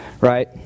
right